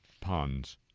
ponds